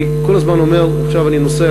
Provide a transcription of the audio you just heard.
אני כל הזמן אומר, עכשיו אני נוסע